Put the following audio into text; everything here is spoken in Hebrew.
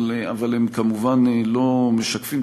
אבל הם כמובן לא משקפים,